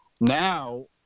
now